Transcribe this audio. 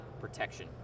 protection